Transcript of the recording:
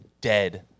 dead